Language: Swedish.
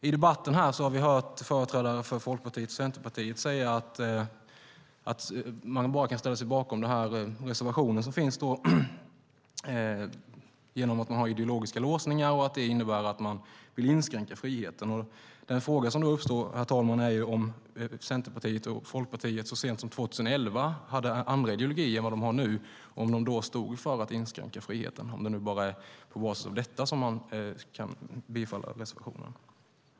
I debatten här har vi hört företrädare för Folkpartiet och Centerpartiet säga att de inte kan ställa sig bakom reservationen som de anser innebär att man vill inskränka friheten. Den fråga som då uppstår, herr talman, är om Centerpartiet och Folkpartiet så sent som 2011 hade andra ideologier än vad de har nu, om de då stod för att inskränka friheten, om det nu bara är på basis av detta som man kan bifalla reservationen.